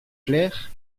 clair